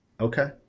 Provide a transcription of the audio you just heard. okay